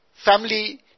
family